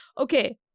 okay